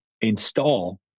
install